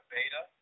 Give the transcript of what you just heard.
Beta